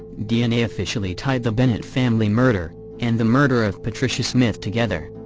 dna officially tied the bennett family murder and the murder of patricia smith together.